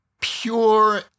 pure